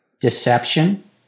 deception